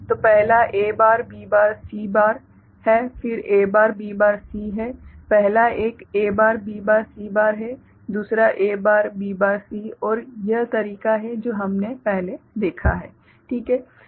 तो पहला A bar B bar C bar है फिर A bar B bar C है पहला एक A bar B bar C bar है दूसरा A bar B bar C है और यह तरीका है जो कि हमने पहले देखा है ठीक है